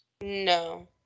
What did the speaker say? No